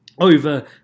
over